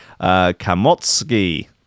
Kamotsky